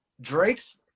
Drake's